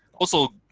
also